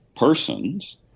Persons